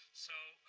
so